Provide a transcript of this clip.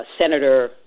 Senator